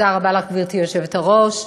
גברתי היושבת-ראש,